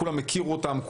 כולם הכירו אותן,